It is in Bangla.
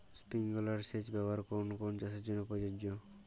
স্প্রিংলার সেচ ব্যবস্থার কোন কোন চাষের জন্য প্রযোজ্য?